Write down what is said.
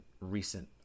recent